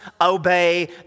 obey